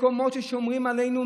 מקומות ששומרים עלינו,